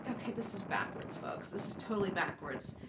ah okay this is backwards folks, this is totally backwards.